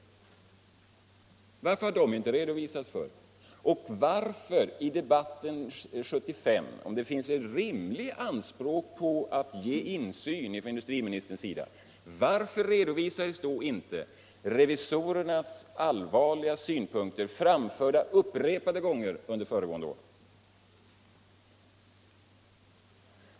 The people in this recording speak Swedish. Varför har de inte redovisats? Och om det finns rimliga anspråk på att insyn skall ges från industriministerns sida, varför redovisades då inte i debatten 1975 revisorernas allvarliga synpunkter, framförda upprepade gånger under föregående år?